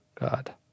God